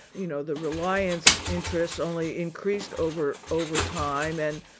you know, the reliance interest only increased over over time and,